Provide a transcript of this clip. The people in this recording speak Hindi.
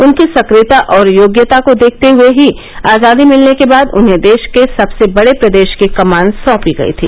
उनकी सक्रियता और योग्यता को देखते हुये ही आजादी मिलने के बाद उन्हें देश के सबसे बड़े प्रदेश की कमान सौंपी गयी थी